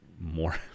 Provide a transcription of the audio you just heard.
more